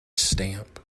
stamp